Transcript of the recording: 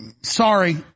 sorry